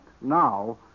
now